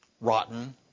rotten